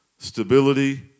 Stability